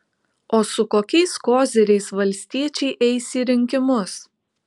o su kokiais koziriais valstiečiai eis į rinkimus